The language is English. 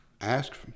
ask